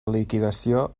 liquidació